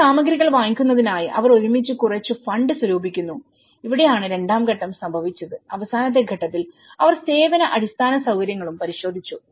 ചില സാമഗ്രികൾ വാങ്ങുന്നതിനായി അവർ ഒരുമിച്ച് കുറച്ച് ഫണ്ട് സ്വരൂപിക്കുന്നു ഇവിടെയാണ് രണ്ടാം ഘട്ടം സംഭവിച്ചത് അവസാനത്തെ ഘട്ടത്തിൽ അവർ സേവന അടിസ്ഥാന സൌകര്യങ്ങളും പരിശോധിച്ചു